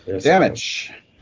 damage